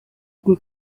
ubwo